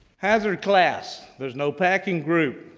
hazard class. there's no packing group.